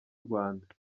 rwanda